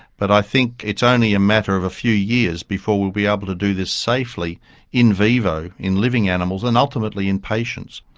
but i think it's only a matter of a few years before we'll be able to do this safely in vivo, in living animals, and ultimately in patients.